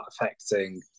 affecting